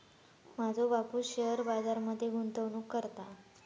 माझो बापूस शेअर बाजार मध्ये गुंतवणूक करता